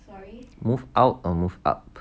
move out or move up